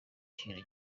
kintu